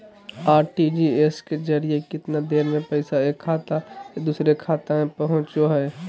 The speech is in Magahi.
आर.टी.जी.एस के जरिए कितना देर में पैसा एक खाता से दुसर खाता में पहुचो है?